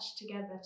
together